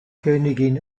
königin